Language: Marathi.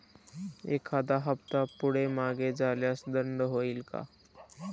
एखादा हफ्ता पुढे मागे झाल्यास दंड होईल काय?